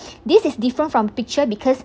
this is different from picture because